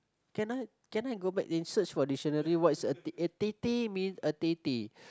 can I can I go back and search for dictionary what is a tete means a tete